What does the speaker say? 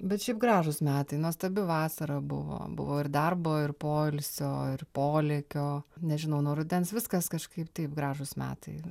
bet šiaip gražūs metai nuostabi vasara buvo buvo ir darbo ir poilsio ir polėkio nežinau nuo rudens viskas kažkaip taip gražūs metai